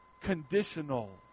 conditional